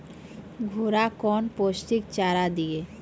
घोड़ा कौन पोस्टिक चारा दिए?